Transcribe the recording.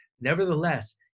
Nevertheless